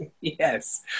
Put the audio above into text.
Yes